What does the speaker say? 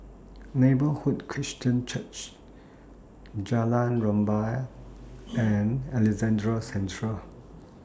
Neighbourhood Christian Church Jalan Rumbia and Alexandra Central